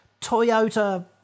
Toyota